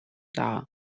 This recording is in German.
dar